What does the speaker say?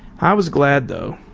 i was glad though,